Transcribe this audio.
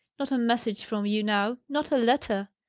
not a message from you now not a letter!